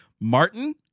Martin